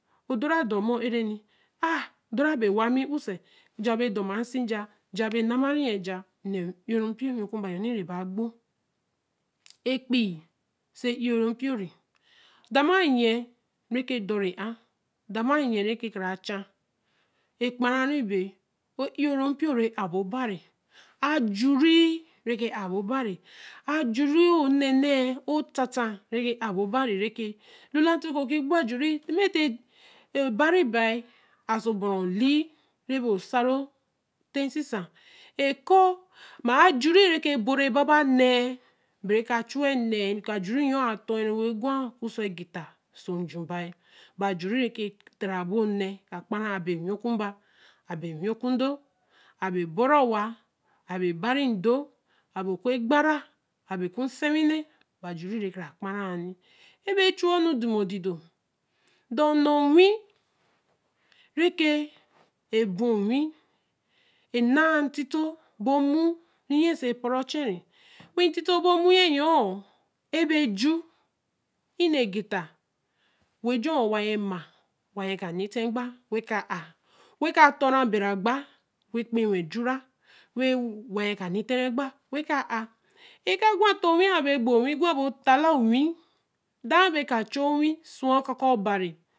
Odore dor mo ereere a odore abe eree wal mmi er ja be dor maa se jaa ja be na ma re jaa n nee e oro npio re owi ku mba re ba gbo epeii se e oro npio re da ma nyen re ke do re a da ma nyen re ke kara cha re kpa ree re be e oro npio re abo obari ajure reke a bor obari ajure onee nee otata re ke ā bro obari re ke alu la te ke ki gbo ajure tima te obare baa aso bara oli re bo osaro nte sesa ekoo mma ejure re ke boor ra baba nēē be ree ka chu we-l nee koo ajure a ton gwa kusegeta oso nju bayin be ajure reke ka oku mba aba owi okudo abee boro wa abea ba re ndo a bea ku kpara a bea ku sei wii nee bea ajure re ke ra kpara yen nni e bea chu wel nu doma dido dor nu owi re ke e bun owi e naa ntito bo mo, re yen so poru ochen re wei ntito bo mo yoo, ebe ju ebe ju enēe geta wen ju wen owa na owa ka nita egba wen ka ton re o bere agba wen jure wen owa yen ka ni tara egba wen ā eka gwa te owi a bere gbo wii gwa bo taa lēe owi dāa be ka ra chu owi su we-l okaka obari